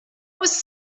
was